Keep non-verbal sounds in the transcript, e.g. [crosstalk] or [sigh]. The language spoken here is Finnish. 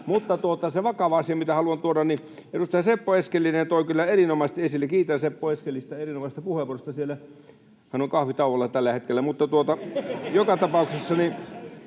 Mutta se vakava asia, mitä haluan tuoda, niin edustaja Seppo Eskelinen toi kyllä erinomaisesti esille — kiitän Seppo Eskelistä erinomaisesta puheenvuorosta, siellä hän on kahvitauolla tällä hetkellä — [laughs] mutta joka tapauksessa